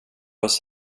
oss